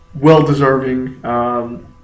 Well-deserving